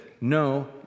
No